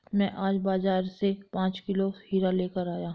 मैं आज बाजार से पांच किलो खीरा लेकर आया